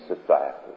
society